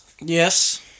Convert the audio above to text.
Yes